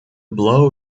blow